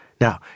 Now